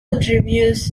reviews